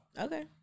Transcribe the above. Okay